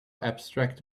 abstract